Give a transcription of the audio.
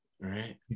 Right